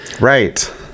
Right